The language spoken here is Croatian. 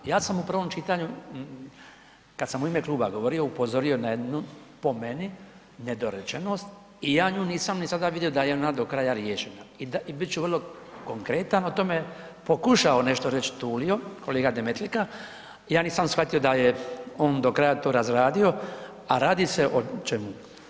Ja sam u prvom čitanju kad sam u ime kluba govorio, upozorio na jednu po meni, nedorečenost i ja nju nisam ni sada vidio da je ona do kraja riješena i bit ću vrlo konkretan o tome, pokušao nešto reći Tulio, kolega Demetlika, ja nisam shvatio da je on do kraja razradio, a radi se o čemu?